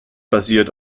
basiert